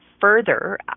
further